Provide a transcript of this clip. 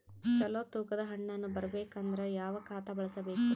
ಚಲೋ ತೂಕ ದ ಹಣ್ಣನ್ನು ಬರಬೇಕು ಅಂದರ ಯಾವ ಖಾತಾ ಬಳಸಬೇಕು?